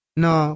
no